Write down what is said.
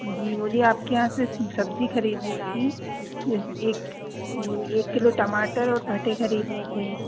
जी बोलिए आपके यहाँ से सब्ज़ी खरीदनी थी एक एक किलो टमाटर और भटे खरीदने थे